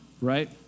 Right